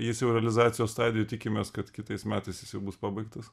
jis jau realizacijos stadijoj tikimės kad kitais metais jis jau bus pabaigtas